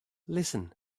listen